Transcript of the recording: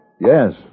Yes